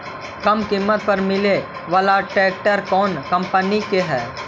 कम किमत पर मिले बाला ट्रैक्टर कौन कंपनी के है?